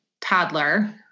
toddler